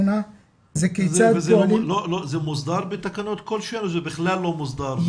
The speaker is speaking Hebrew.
זה מוסדר בתקנות כלשהן או שזה בכלל לא מוסדר?